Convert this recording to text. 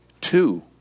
Two